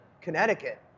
Connecticut